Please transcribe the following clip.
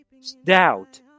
Stout